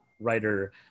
writer